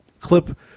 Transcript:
clip